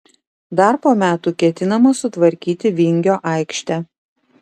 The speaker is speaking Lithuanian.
dar po metų ketinama sutvarkyti vingio aikštę